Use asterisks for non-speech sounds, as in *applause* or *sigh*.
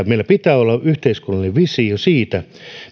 *unintelligible* meillä pitää olla yhteiskunnallinen visio siitä